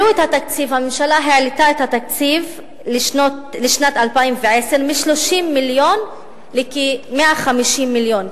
הממשלה העלתה את התקציב לשנת 2010 מ-30 מיליון לכ-150 מיליון,